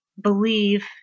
believe